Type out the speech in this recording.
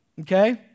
Okay